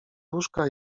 łóżka